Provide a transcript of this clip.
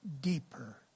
deeper